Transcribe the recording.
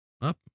up